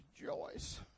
rejoice